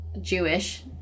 Jewish